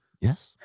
Yes